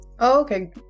Okay